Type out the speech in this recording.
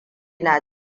na